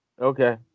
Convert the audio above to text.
Okay